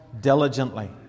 diligently